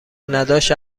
نداشت